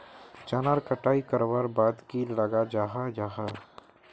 चनार कटाई करवार बाद की लगा जाहा जाहा?